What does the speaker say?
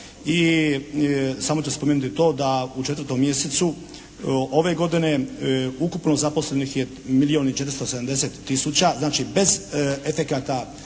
i samo ću spomenuti to da u 4. mjesecu ove godine ukupno zaposlenih je milijun i 470 tisuća, znači bez efekata